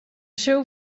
seu